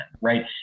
right